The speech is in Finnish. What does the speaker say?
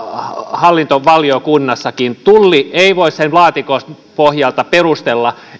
hallintovaliokunnassakin tulli ei voi sen laatikon pohjalta perustella